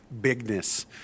bigness